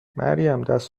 مریم، دست